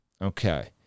Okay